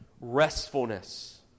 restfulness